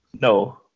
no